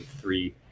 three